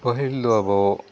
ᱯᱟᱹᱦᱤᱞ ᱫᱚ ᱟᱵᱚ